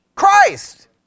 Christ